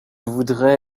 voudrais